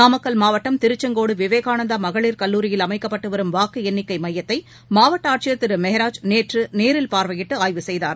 நாமக்கல் மாவட்டம் திருச்செங்கோடுவிவேகானந்தாமகளிர் கல்லூரியில் அமைக்கப்பட்டுவரும் வாக்குஎண்ணிக்கைமையத்தைமாவட்டஆட்சியர் திருமெக்ராஜ் நேற்றுநேரில் பார்வையிட்டுஆய்வு செய்தார்